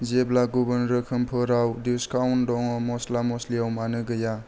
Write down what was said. जेब्ला गुबुन रोखोमफोराव डिसकाउन्ट दङ मस्ला मस्लियाव मानो गैया